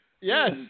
Yes